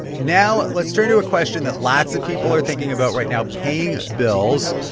now let's turn to a question that lots of people are thinking about right now paying bills.